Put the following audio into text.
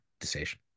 decision